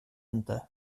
inte